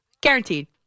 Guaranteed